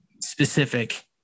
specific